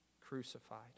crucified